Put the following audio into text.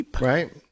Right